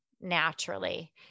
naturally